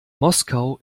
moskau